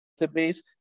database